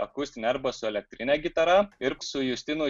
akustine arba su elektrine gitara ir su justinu